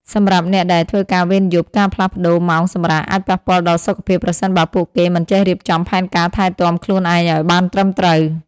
សម្រាប់អ្នកដែលធ្វើការវេនយប់ ការផ្លាស់ប្តូរម៉ោងសម្រាកអាចប៉ះពាល់ដល់សុខភាព ប្រសិនបើពួកគេមិនចេះរៀបចំផែនការថែទាំខ្លួនឯងឱ្យបានត្រឹមត្រូវ។